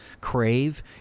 crave